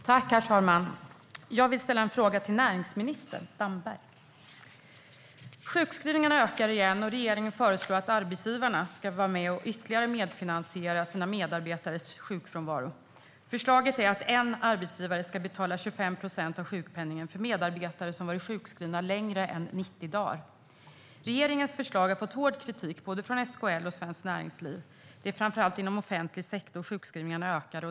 Herr talman! Jag vill ställa en fråga till näringsminister Damberg. Sjukskrivningarna ökar igen, och regeringen föreslår att arbetsgivarna ska medfinansiera sina medarbetares sjukfrånvaro ytterligare. Förslaget går ut på att en arbetsgivare ska betala 25 procent av sjukpenningen för medarbetare som har varit sjukskrivna längre än 90 dagar. Regeringens förslag har fått hård kritik, både från SKL och från Svenskt Näringsliv. Det är framför allt inom den offentliga sektorn som sjukskrivningarna ökar.